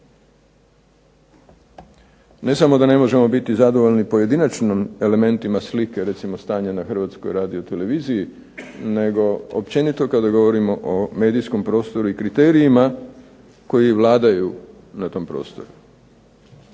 Ne samo da ne možemo biti zadovoljni pojedinačnim elementima slike, recimo stanje na Hrvatskoj radioteleviziji nego općenito kada govorimo o medijskom prostoru i kriterijima koji vladaju na tom prostoru.